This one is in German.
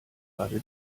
gerade